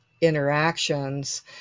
interactions